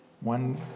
one